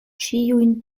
ĉiujn